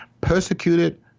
persecuted